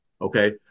okay